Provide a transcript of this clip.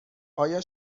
آیا